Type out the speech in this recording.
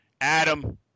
Adam